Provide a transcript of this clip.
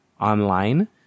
online